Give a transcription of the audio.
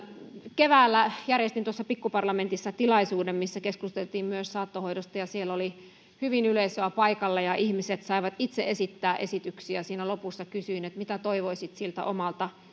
keväällä järjestin pikkuparlamentissa tilaisuuden jossa keskusteltiin myös saattohoidosta ja siellä oli hyvin yleisöä paikalla ja ihmiset saivat itse esittää kysymyksiä siinä lopussa kysyin mitä toivoisit siltä omalta